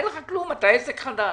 אין לך כלום, אתה עסק חדש.